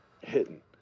hidden